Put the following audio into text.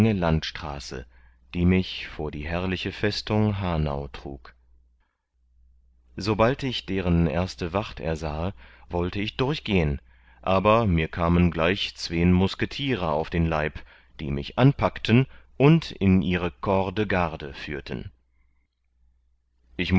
landstraße die mich vor die herrliche festung hanau trug sobald ich deren erste wacht ersahe wollte ich durchgehen aber mir kamen gleich zween musketierer auf den leib die mich anpackten und in ihre corps de garde führten